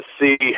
see